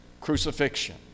crucifixion